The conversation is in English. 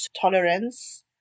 tolerance